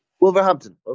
Wolverhampton